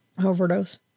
Overdose